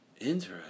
Interesting